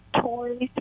toys